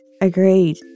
Agreed